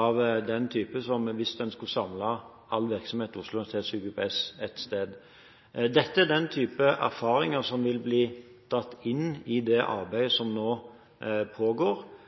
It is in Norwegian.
av den typen som det vil bli hvis en samler all virksomhet ved Oslo universitetssykehus på ett sted. Det er den typen erfaringer som vil bli dratt inn i det arbeidet